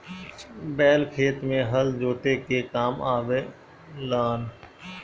बैल खेत में हल जोते के काम आवे लनअ